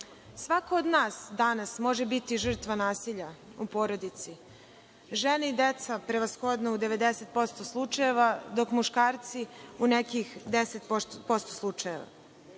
nama. Svako od nas danas može biti žrtva nasilja u porodici, žena i deca prevashodno, u 90% slučajeva, dok muškarci u nekih 10% slučajeva.